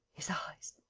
his eyes.